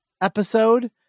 episode